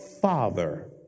father